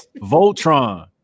Voltron